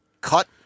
cut